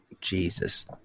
Jesus